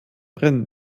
brennen